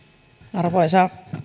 arvoisa